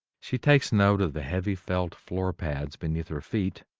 she takes note of the heavy felt floor-pads beneath her feet,